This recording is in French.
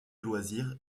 loisirs